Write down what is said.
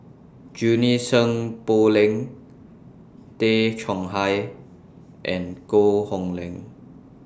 Junie Sng Poh Leng Tay Chong Hai and Koh Hong Leng